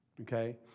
Okay